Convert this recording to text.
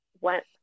went